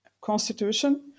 constitution